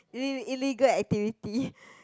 ill~ illegal activity